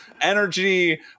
energy